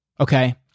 Okay